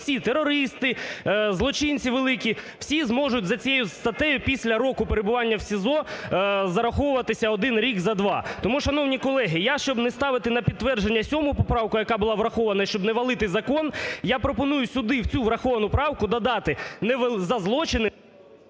всі, терористи, злочинці великі, всі зможуть за цією статтею після року перебування в СІЗО зараховуватися один рік за два. Тому, шановні колеги, я, щоб не ставити на підтвердження 7 поправку, яка була врахована і, щоб не валити закон, я пропоную сюди в цю враховану правку додати "за злочини…"